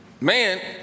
Man